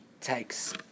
takes